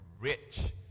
rich